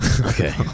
Okay